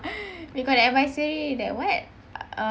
we've got the advisory that what uh